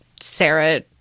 Sarah